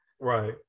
Right